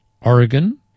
Oregon